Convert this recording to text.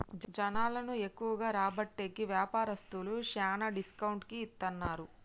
జనాలను ఎక్కువగా రాబట్టేకి వ్యాపారస్తులు శ్యానా డిస్కౌంట్ కి ఇత్తన్నారు